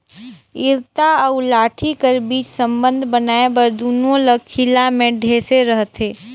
इरता अउ लाठी कर बीच संबंध बनाए बर दूनो ल खीला मे ठेसे रहथे